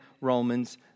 Romans